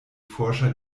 forscher